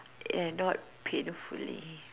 and not painfully